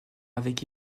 avec